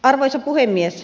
arvoisa puhemies